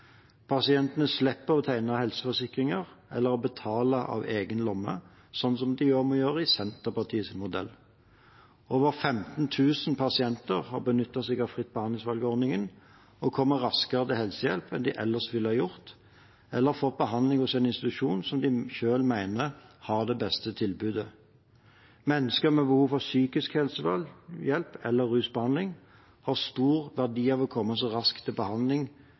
Pasientene slipper å tegne helseforsikringer eller betale av egen lomme, som de må gjøre i Senterpartiets modell. Over 15 000 pasienter har benyttet seg av fritt behandlingsvalg-ordningen og kommet raskere til helsehjelp enn de ellers ville ha gjort, eller fått behandling hos en institusjon som de selv mener har det beste tilbudet. Mennesker med behov for psykisk helsehjelp eller rusbehandling har stor verdi av å komme så raskt som mulig til behandling,